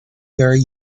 very